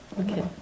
Okay